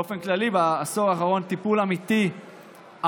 באופן כללי בעשור האחרון, טיפול אמיתי עמוק